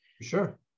sure